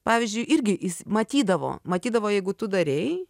pavyzdžiui irgi jis matydavo matydavo jeigu tu darei